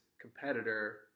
competitor